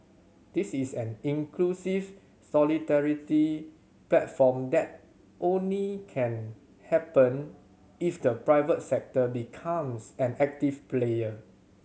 this is an inclusive solidarity platform that only can happen if the private sector becomes an active player